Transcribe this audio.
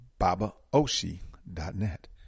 babaoshi.net